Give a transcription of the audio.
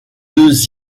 deux